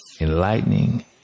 enlightening